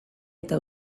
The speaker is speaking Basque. eta